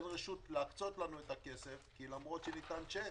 להקצות לנו את הכסף, כי למרות שניתן צ'ק,